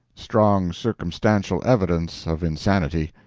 strong circumstantial evidence of insanity.